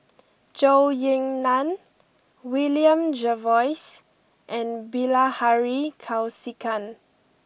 Zhou Ying Nan William Jervois and Bilahari Kausikan